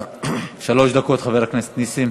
שלוש דקות, חבר הכנסת נסים.